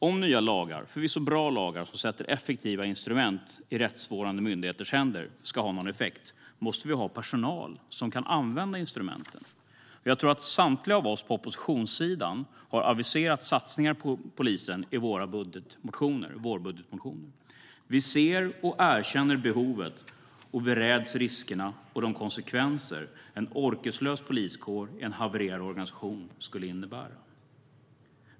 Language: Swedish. Om nya lagar - bra lagar - som sätter effektiva instrument i rättsvårdande myndigheters händer ska ha någon effekt måste vi ha personal som kan använda instrumenten. Jag tror att samtliga av oss på oppositionssidan har aviserat satsningar på polisen i våra vårbudgetmotioner. Vi ser och erkänner behovet, och vi räds riskerna och de konsekvenser som en orkeslös poliskår i en havererad organisation skulle innebära.